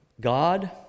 God